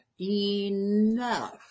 enough